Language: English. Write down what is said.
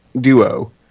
duo